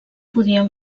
podien